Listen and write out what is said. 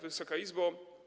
Wysoka Izbo!